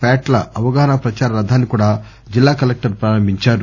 పాట్ల అవగాహన ప్రదార రధాన్ని కూడా జిల్లా కలెక్టర్ ప్రారంభిందారు